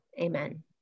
Amen